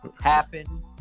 happen